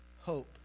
hope